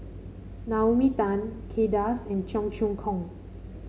Naomi Tan Kay Das and Cheong Choong Kong